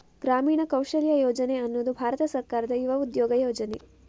ಗ್ರಾಮೀಣ ಕೌಶಲ್ಯ ಯೋಜನೆ ಅನ್ನುದು ಭಾರತ ಸರ್ಕಾರದ ಯುವ ಉದ್ಯೋಗ ಯೋಜನೆ